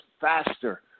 faster